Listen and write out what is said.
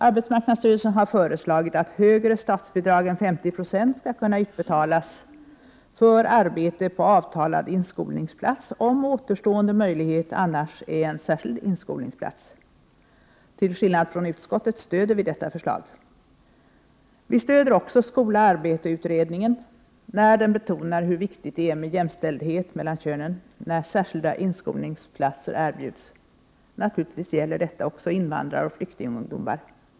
Arbetsmarknadsstyrelsen har föreslagit att högre statsbidrag än 50 96 skall kunna utbetalas för arbete på avtalad inskolningsplats, om återstående möjlighet annars är en särskild inskolningsplats. Till skillnad från utskottet — Prot. 1988/89:120 stöder vi detta förslag. 24 maj 1989 Vi stöder också Skola-Arbete-utredningen när den betonar hur viktigt det är med jämställdhet mellan könen då särskilda inskolningsplatser erbjuds. Naturligtvis gäller detta också invandraroch flyktingungdomar.